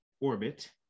orbit